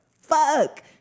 fuck